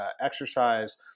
exercise